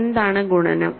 എന്താണ് ഗുണനം